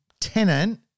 tenant